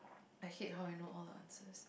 I hate how I know all the answers